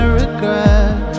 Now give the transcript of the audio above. regret